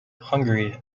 hungary